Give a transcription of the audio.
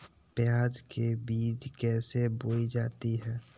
प्याज के बीज कैसे बोई जाती हैं?